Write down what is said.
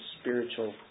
spiritual